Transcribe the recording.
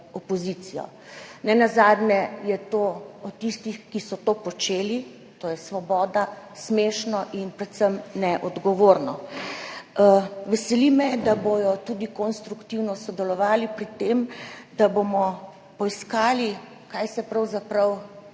opozicijo. Nenazadnje je to od tistih, ki so to počeli, to je Svoboda, smešno in predvsem neodgovorno. Veseli me, da bodo tudi konstruktivno sodelovali pri tem, da bomo poiskali, kaj se je pravzaprav